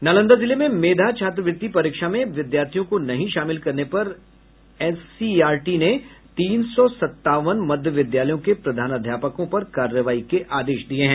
नालंदा जिले में मेधा छात्रवृत्ति परीक्षा में विद्यार्थियों को नहीं शामिल करने पर एससीईआरटी ने तीन सौ संतावन मध्य विद्यालयों के प्रधानाध्यापकों पर कार्रवाई के आदेश दिये हैं